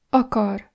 akar